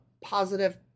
positive